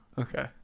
Okay